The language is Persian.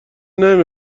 نمی